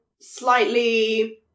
slightly